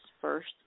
first